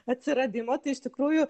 atsiradimo tai iš tikrųjų